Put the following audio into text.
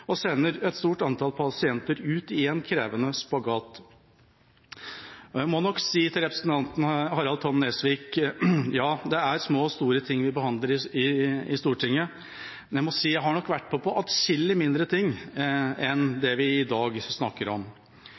som sender et stort antall pasienter ut i en krevende spagat. Jeg må nok si til representanten Harald T. Nesvik: Ja, det er små og store ting vi behandler i Stortinget. Jeg har nok vært med på atskillig mindre ting enn det vi i dag snakker om.